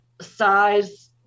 size